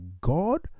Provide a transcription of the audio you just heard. god